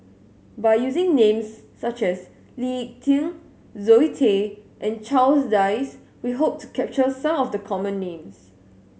by using names such as Lee Tieng Zoe Tay and Charles Dyce we hope to capture some of the common names